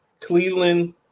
Cleveland